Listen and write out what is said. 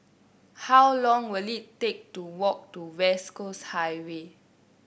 how long will it take to walk to West Coast Highway